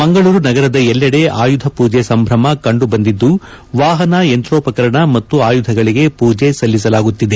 ಮಂಗಳೂರು ನಗರದ ಎಲ್ಲೆಡೆ ಆಯುಧ ಪೂಜೆ ಸಂಭ್ರಮ ಕಂಡು ಬಂದಿದ್ದು ವಾಹನ ಯಂತ್ರೋಪಕರಣ ಮತ್ತು ಆಯುಧಗಳಿಗೆ ಪೂಜೆ ಸಲ್ಲಿಸಲಾಗುತ್ತಿದೆ